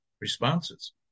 responses